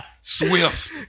swift